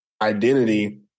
identity